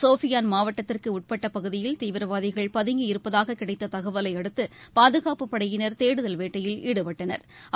சோபியாள் மாவட்டத்திற்கு உட்பட்ட பகுதியில் தீவிரவாதிகள் பதுங்கி இருப்பதாக கிடைத்த தகவலை அடுத்து பாதுகாப்புப் படையிாள் தேடுதல் வேட்டையில ஈடுபட்டனா்